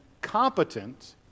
competent